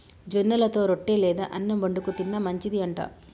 జొన్నలతో రొట్టె లేదా అన్నం వండుకు తిన్న మంచిది అంట